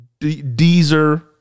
deezer